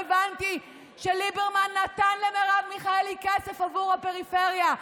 הבנתי שליברמן נתן למרב מיכאלי כסף עבור הפריפריה,